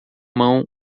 mão